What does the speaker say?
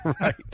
Right